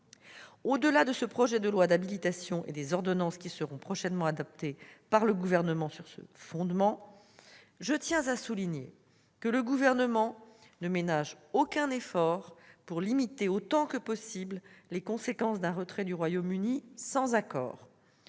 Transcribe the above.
Au-delà de ce projet de loi d'habilitation et des ordonnances qui seront prochainement adoptées sur ce fondement, le Gouvernement ne ménage aucun effort pour limiter autant que possible les conséquences d'un retrait du Royaume-Uni sans accord.